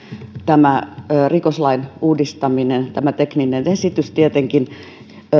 tämä rikoslain uudistaminen tämä tekninen esitys tietenkin